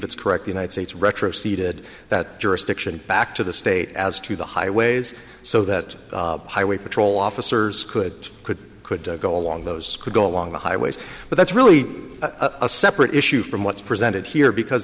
it's correct the united states retro ceded that jurisdiction back to the state as to the highways so that highway patrol officers could could could go along those could go along the highways but that's really a separate issue from what's presented here because